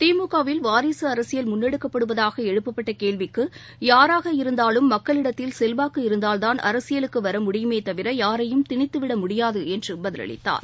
திமுக வில் வாரிசுஅரசியல் முன்னெடுக்கப்படுவதாகஎழுப்பப்பட்டகேள்விக்கு யாராக இருந்தாலும் மக்களிடத்தில் செல்வாக்கு இருந்தால்தான் முடியுமேதவிர யாரையும் திணித்துவிடமுடியாதுஎன்றுபதிலளித்தார்